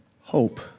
Hope